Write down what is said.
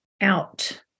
out